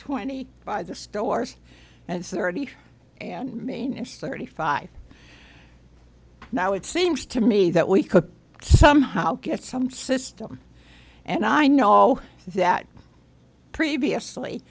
twenty by the stores and it's thirty an mean is thirty five now it seems to me that we could somehow get some system and i know that previously